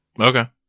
Okay